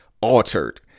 altered